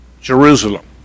Jerusalem